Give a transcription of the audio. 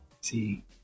See